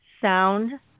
sound